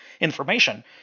information